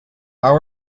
how